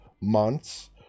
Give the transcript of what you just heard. months